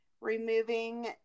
removing